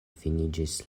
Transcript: finiĝis